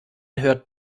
hört